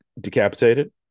decapitated